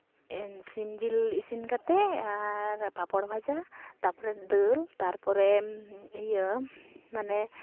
ᱥᱤᱢ ᱡᱤᱞ ᱤᱥᱤᱱ ᱠᱟᱛᱮᱫ ᱟᱨ ᱯᱟᱯᱚᱲ ᱵᱷᱟᱡᱟ ᱛᱟᱯᱚᱨᱮ ᱫᱟᱹᱞ ᱫᱟᱨᱯᱚᱨᱮ ᱤᱭᱟᱹ ᱢᱟᱱᱮ